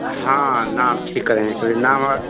हाँ नाम ठीक है तो ये नाम और